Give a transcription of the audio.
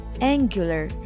angular